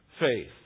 faith